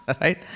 right